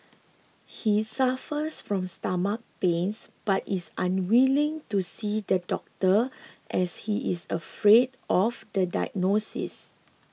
he suffers from stomach pains but is unwilling to see the doctor as he is afraid of the diagnosis